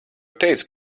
teicu